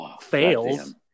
Fails